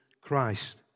Christ